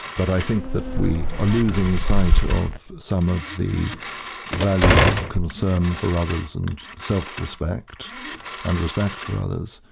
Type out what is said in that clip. but i think that we are losing sight of some of the values of concern for others, and self-respect and respect for others,